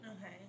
Okay